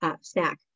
snack